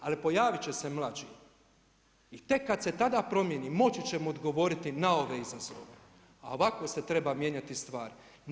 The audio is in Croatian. Ali pojaviti će se mlađi i tek kada se tada promijeni moći ćemo odgovoriti na ove izazove a ovako se trebaju mijenjati stvari.